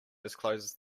discloses